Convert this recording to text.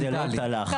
רק שזה לא תא לחץ.